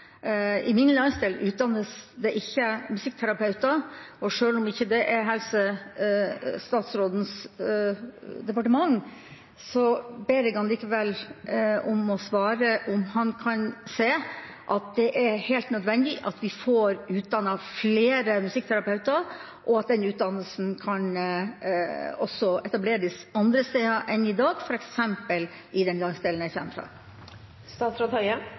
i min landsdel utdannes det ikke musikkterapeuter. Sjøl om det ikke er helsestatsrådens departement, ber jeg ham likevel svare på om han kan se at det er helt nødvendig at vi får utdannet flere musikkterapeuter, og at den utdannelsen også kan etableres andre steder enn i dag, f.eks. i den landsdelen jeg kommer fra.